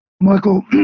Michael